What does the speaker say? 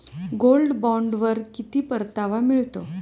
Gold बॉण्डवर किती परतावा मिळतो?